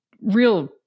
real